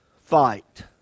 fight